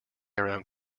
around